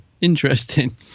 interesting